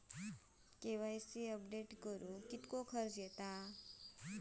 KYC update करुक किती खर्च येता?